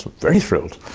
very thrilled.